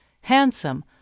handsome